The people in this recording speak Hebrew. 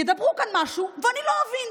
ידברו כאן משהו ואני לא אבין.